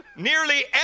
Nearly